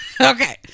Okay